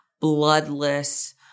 bloodless